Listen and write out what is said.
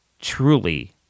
Truly